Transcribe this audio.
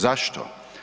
Zašto?